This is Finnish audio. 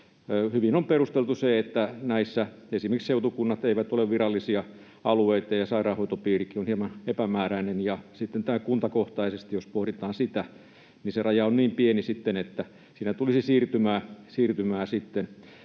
Hyvin on perusteltu se, että näissä esimerkiksi seutukunnat eivät ole virallisia alueita ja sairaanhoitopiirikin on hieman epämääräinen. Ja sitten jos pohditaan tätä kuntakohtaisuutta: se raja on niin pieni, että siinä tulisi siirtymää